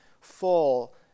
full